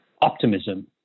optimism